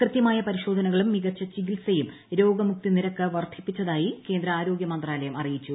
കൃത്യമായ പരിശോധനകളും മികച്ച ചികിത്സയും രോഗമുക്തി നിരക്ക് വർദ്ധിപ്പിച്ചതായി കേന്ദ്ര ആരോഗൃമന്ത്രാലയം അറിയിച്ചു